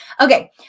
Okay